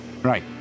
right